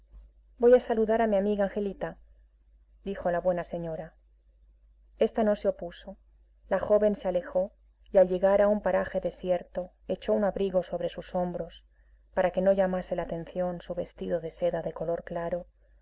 voy a saludar a mi amiga angelita dijo a la buena señora esta no se opuso la joven se alejó y al llegar a un paraje desierto echó un abrigo sobre sus hombros para que no llamase la atención su vestido de seda de color claro